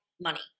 money